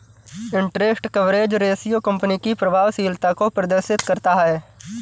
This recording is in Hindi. इंटरेस्ट कवरेज रेशियो कंपनी की प्रभावशीलता को प्रदर्शित करता है